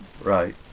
Right